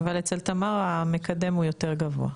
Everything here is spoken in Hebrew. אבל אצל תמר המקדם הוא יותר גבוה.